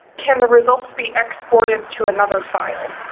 can the results be exported to another file?